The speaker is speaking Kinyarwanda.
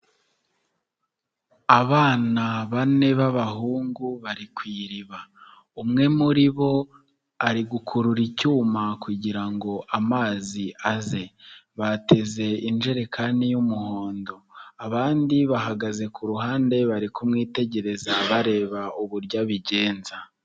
Abana bane b'abahungu bari ku iriba, umwe muri bo ari gukurura icyuma kugira ngo amazi aze, bateze injerekani y'umuhondo, abandi bahagaze ku ruhande bari kumwitegereza bareba uburyo abigenza.